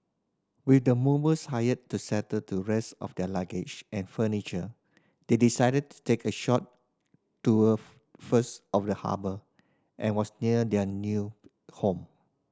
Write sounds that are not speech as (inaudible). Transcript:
with the movers hired to settle the rest of their luggage and furniture they decided to take a short tour (unintelligible) first of the harbour and was near their new home